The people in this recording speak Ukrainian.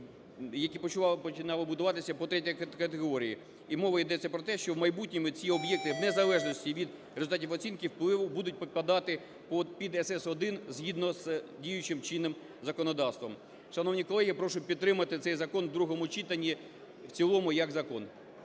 які починали будуватися по третій категорії, і мова йдеться про те, що в майбутньому ці об'єкти в незалежності від результатів оцінки впливу будуть підпадати під СС1 згідно з діючим чинним законодавством. Шановні колеги, я прошу підтримати цей закон в другому читанні, в цілому як закон.